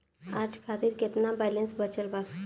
आज खातिर केतना बैलैंस बचल बा?